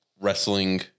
wrestling